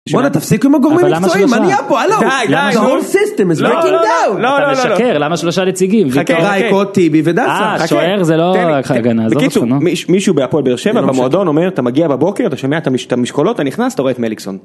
בואנ'ה, תפסיק עם הגורמים המקצועיים. מה נהיה פה? די די. דה הול סיסטם. לט איט גו. אתה משקר! למה שלושה נציגים? חכה, גיא קוטי. שוער זה לא הגנה. בקיצור, מישהו בהפועל באר שבע, במועדון, אומר: אתה מגיע בבוקר, אתה שומע את המשקולות, אתה נכנס, אתה רואה את מליקסון.